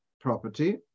property